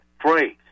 phrase